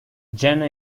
jemma